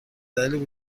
دلیل